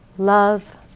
Love